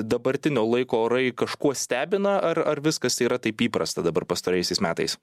dabartinio laiko orai kažkuo stebina ar ar viskas yra taip įprasta dabar pastaraisiais metais